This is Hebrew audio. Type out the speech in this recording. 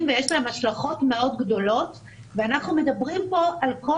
ויש להם השלכות מאוד גדולות ואנחנו מדברים פה על כל